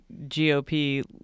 GOP